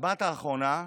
בשבת האחרונה,